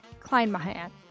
Kleinmahan